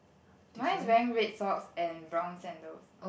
mine is wearing red socks and brown sandals